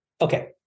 Okay